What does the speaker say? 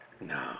No